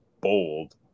bold